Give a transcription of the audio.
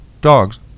dogs